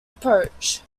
approach